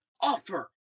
offer